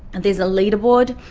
and there's a leader board,